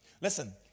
Listen